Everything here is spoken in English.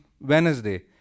Wednesday